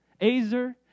azer